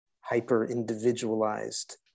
hyper-individualized